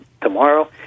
tomorrow